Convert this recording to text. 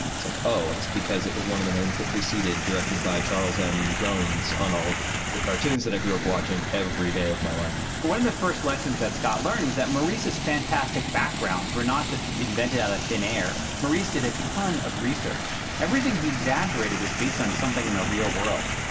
it's like, oh, it's because it was one of the names that preceded directed by charles m jones on all the cartoons that i grew up watching every day of my life. one of the first lessons that scott learned was that maurice's fantastic backgrounds were not just invented out of thin air. maurice did a ton of research. everything he exaggerated was based on something in the real world.